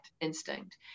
instinct